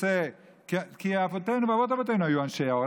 כי אבותינו ואבות אבותינו היו אנשי האור.